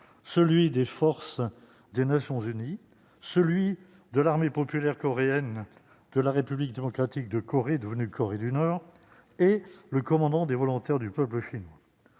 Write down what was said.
celui des forces des Nations unies, celui de l'Armée populaire de la République démocratique de Corée, devenue Corée du Nord, et celui de l'Armée des volontaires du peuple chinois.